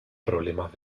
problemas